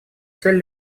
цель